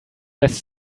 lässt